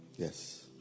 Yes